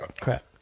crap